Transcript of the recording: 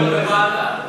ועדה.